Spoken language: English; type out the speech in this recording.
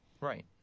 Right